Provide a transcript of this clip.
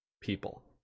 people